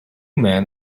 men